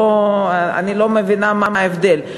אני לא מבינה מה ההבדל.